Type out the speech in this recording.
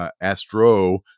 Astro